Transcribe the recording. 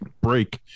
break